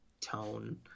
tone